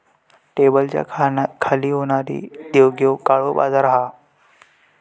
टेबलाच्या खाली होणारी देवघेव काळो बाजार हा